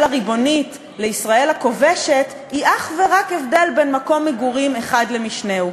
הריבונית לישראל הכובשת הוא אך ורק הבדל בין מקום מגורים אחד למשנהו,